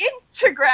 Instagram